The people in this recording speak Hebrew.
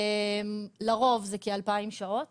לרוב זה כ-2,000 שעות